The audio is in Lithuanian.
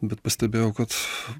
bet pastebėjau kad